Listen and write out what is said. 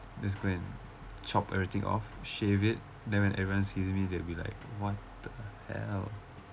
just go and chop everything off shave it then when everyone sees me they'll be like what the hell